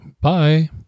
Bye